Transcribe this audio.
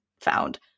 found